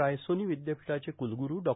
रायसोनी विद्यापीठाचे कुलगुरू डॉ